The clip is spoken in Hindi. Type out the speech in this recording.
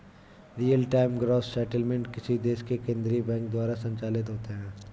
रियल टाइम ग्रॉस सेटलमेंट किसी देश के केन्द्रीय बैंक द्वारा संचालित होते हैं